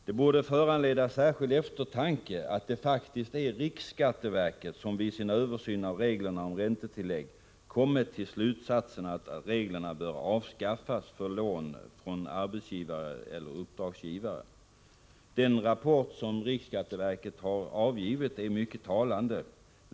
Det borde föranleda särskild eftertanke att det faktiskt är riksskatteverket som vid sin översyn av reglerna om räntetillägg kommit till slutsatsen att reglerna bör avskaffas för lån från arbetsgivare eller uppdragsgivare. Den rapport som riksskatteverket avgivit är mycket talande.